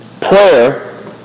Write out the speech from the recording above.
Prayer